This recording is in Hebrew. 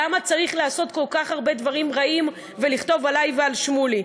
למה צריך לעשות כל כך הרבה דברים רעים ולכתוב עלי ועל שמולי?